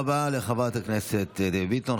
תודה רבה לחברת הכנסת דבי ביטון.